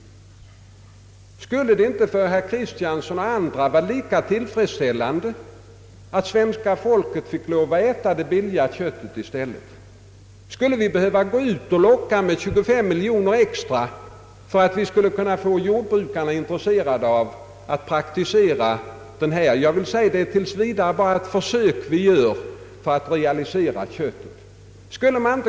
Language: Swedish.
Skulle det inte för herr Kristiansson och andra vara lika tillfredsställande att svenska folket fick lov att äta det billiga köttet i stället? Skall vi behöva locka med 25 miljoner kronor extra för att få jordbrukarna intresserade av att försöka realisera köttet? Jag vill poängtera att det bara är fråga om ett försök.